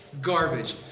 Garbage